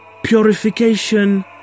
Purification